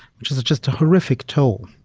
which is is just a horrific toll.